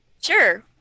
Sure